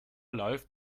läuft